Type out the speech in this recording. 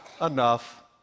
enough